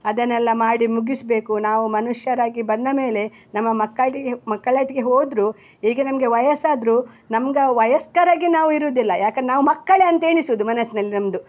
ಅದನ್ನೆಲ್ಲ ಮಾಡಿ ಮುಗಿಸಬೇಕು ನಾವು ಮನುಷ್ಯರಾಗಿ ಬಂದ ಮೇಲೆ ನಮ್ಮ ಮಕ್ಕಳಿಗೆ ಮಕ್ಕಳೊಟ್ಟಿಗೆ ಹೋದ್ರೂ ಈಗ ನಮಗೆ ವಯಸ್ಸಾದ್ರೂ ನಮ್ಗೆ ವಯಸ್ಕರಾಗಿ ನಾವು ಇರುವುದಿಲ್ಲ ಯಾಕಂದ್ರೆ ನಾವು ಮಕ್ಕಳೇ ಅಂತ ಎಣಿಸುವುದು ಮನಸ್ಸಿನಲ್ಲಿ ನಮ್ಮದು